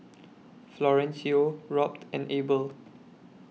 Florencio Robt and Abel